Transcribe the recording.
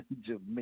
Jamaica